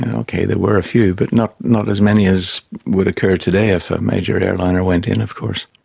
and okay, there were a few, but not not as many as would occur today if a major airliner went in of course.